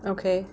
okay